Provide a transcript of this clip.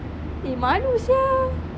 eh malu sia